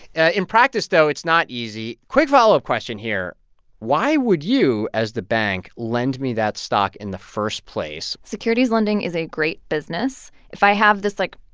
ah in practice, though, it's not easy. quick follow-up question here why would you, as the bank, lend me that stock in the first place? securities lending is a great business. if i have this, like,